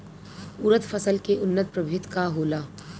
उरद फसल के उन्नत प्रभेद का होला?